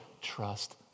trust